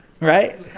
Right